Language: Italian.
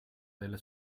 delle